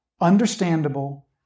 understandable